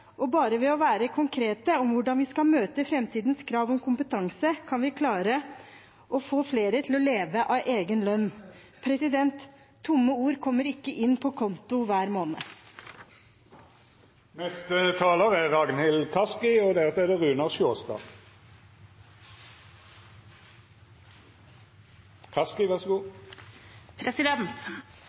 kompetansemilliard. Bare ved å være konkrete om hvordan vi skal møte framtidens krav om kompetanse, kan vi klare å få flere til å leve av egen lønn. Tomme ord kommer ikke inn på konto hver måned. Som vi har hørt fra denne talerstolen gjennom hele dagen: Forskjellene i Norge øker. De økonomiske og